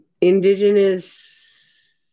indigenous